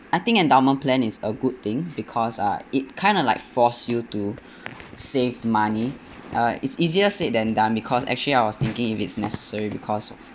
I think endowment plan is a good thing because uh it kind of like force you to save money uh it's easier said than done because actually I was thinking if it's necessary because of